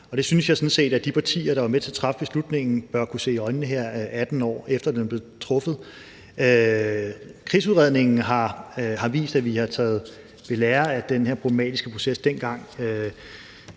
jeg sådan set at de partier, der var med til at træffe beslutningen, bør kunne se i øjnene, her 18 år efter den blev truffet. Krigsudredningen har vist, at vi har taget ved lære af den problematiske proces fra dengang.